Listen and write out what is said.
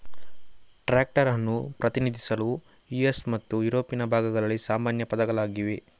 tractor ಅನ್ನು ಪ್ರತಿನಿಧಿಸಲು US ಮತ್ತು ಯುರೋಪಿನ ಭಾಗಗಳಲ್ಲಿ ಸಾಮಾನ್ಯ ಪದಗಳಾಗಿವೆ